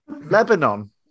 Lebanon